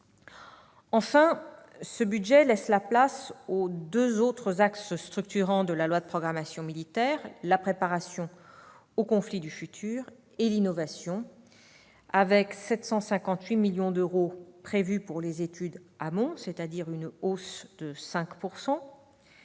Enfin, ce budget fait la part belle aux deux autres axes structurants de la loi de programmation militaire : la préparation aux conflits du futur et l'innovation, avec 758 millions d'euros prévus pour les études en amont, c'est-à-dire une hausse de 5 %.